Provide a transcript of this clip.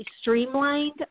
streamlined